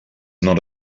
not